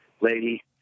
lady